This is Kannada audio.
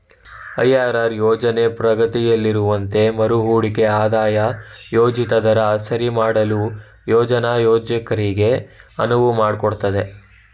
ಐ.ಆರ್.ಆರ್ ಯೋಜ್ನ ಪ್ರಗತಿಯಲ್ಲಿರುವಂತೆ ಮರುಹೂಡಿಕೆ ಆದಾಯ ಯೋಜಿತ ದರ ಸರಿಮಾಡಲು ಯೋಜ್ನ ಯೋಜಕರಿಗೆ ಅನುವು ಮಾಡಿಕೊಡುತ್ತೆ